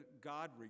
God